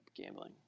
gambling